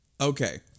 Okay